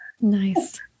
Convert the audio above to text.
Nice